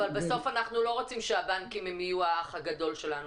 אבל בסוף אנחנו לא רוצים שהבנקים יהיו האח הגדול שלנו.